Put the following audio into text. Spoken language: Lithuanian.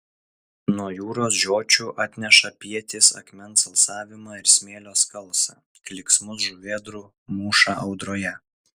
nuo jūros žiočių atneša pietys akmens alsavimą ir smėlio skalsą klyksmus žuvėdrų mūšą audroje